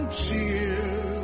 cheer